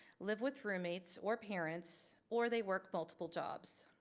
live with roommates or parents or they work multiple jobs.